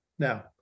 Now